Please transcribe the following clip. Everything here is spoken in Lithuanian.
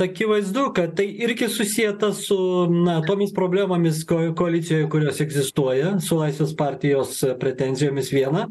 akivaizdu kad tai irgi susieta su na tomis problemomis ko koalicijoj kurios egzistuoja su laisvės partijos pretenzijomis viena